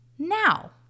now